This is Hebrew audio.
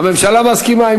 הממשלה מסכימה.